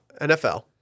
NFL